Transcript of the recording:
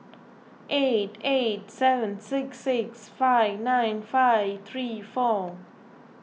eight eight seven six six five nine five three four